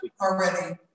already